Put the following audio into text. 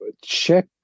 check